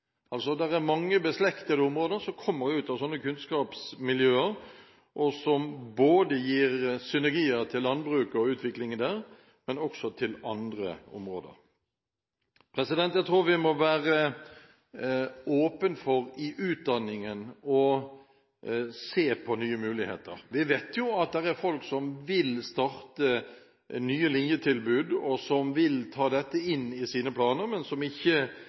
er mange beslektede områder som kommer ut av sånne kunnskapsmiljøer, som gir synergier til landbruket og utviklingen der, men også til andre områder. Jeg tror vi med tanke på utdanningen må være åpen for se på nye muligheter. Vi vet jo at det er folk som vil starte nye linjetilbud, og som vil ta dette inn i sine planer, men som ikke